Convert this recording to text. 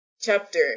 chapter